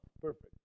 perfect